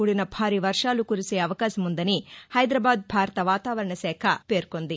కూదిన భారీ వర్వాలు కురిసే అవకాశముందని హైదరాబాద్ భారత వాతావరణ శాఖ పేర్కొంది